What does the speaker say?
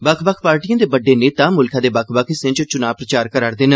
बक्ख बक्ख पार्टियें दे बड्डे नेता मुल्खै दे बक्ख बक्ख हिस्सें च चुना प्रचार करै करदे न